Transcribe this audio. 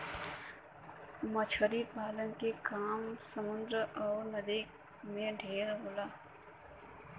मछरी पालन के काम समुन्दर अउर नदी में ढेर होला